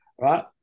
right